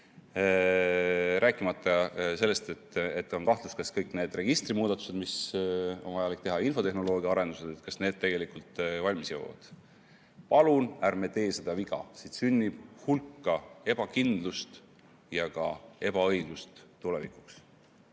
Rääkimata sellest, et on kahtlus, kas kõik need registri muudatused, mis on vajalik teha, ja infotehnoloogiaarendused tegelikult valmis jõuavad. Palun ärme teeme seda viga! Siit sünnib hulk ebakindlust ja ka ebaõiglust tulevikuks.